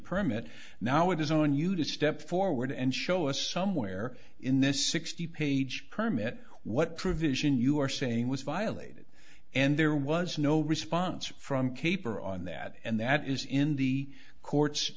permit now it is on you to step forward and show us somewhere in this sixty page permit what provision you are saying was violated and there was no response from kapor on that and that is in the court